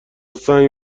سنگ